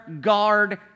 guard